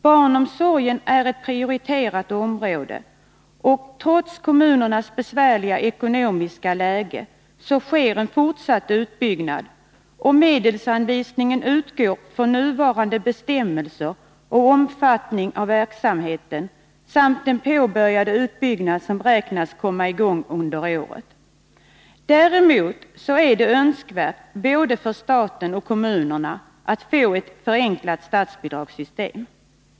Barnomsorgen är ett prioriterat område, och trots kommunernas besvärliga ekonomiska läge sker en fortsatt utbyggnad. Medelsanvisningen utgår från nuvarande bestämmelser och omfattning av verksamheten samt den utbyggnad som beräknas komma i gång under året. Däremot är det önskvärt både för staten och kommunerna att få ett förenklat statsbidragssystem.